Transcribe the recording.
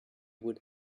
would